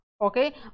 Okay